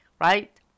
right